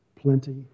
Plenty